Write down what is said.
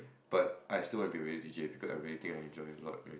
but I still want to be a radio D_J because I really think I enjoy a lot